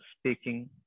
speaking